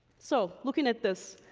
so, looking at this,